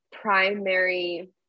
primary